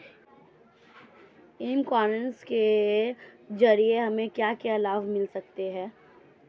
ई commerce के ज़रिए हमें क्या क्या लाभ मिल सकता है?